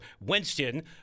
Winston